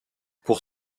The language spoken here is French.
pour